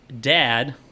dad